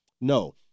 No